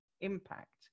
impact